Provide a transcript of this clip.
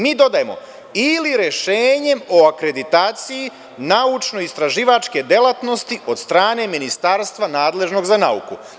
Mi dodajemo – ili rešenjem o akreditaciji naučno istraživačke delatnosti od strane ministarstva nadležnog za nauku.